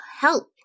Help